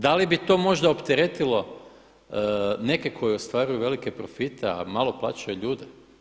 Da li bi to možda opteretilo neke koji ostvaruju velike profite a malo plaćaju ljude?